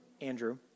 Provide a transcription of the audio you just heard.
Andrew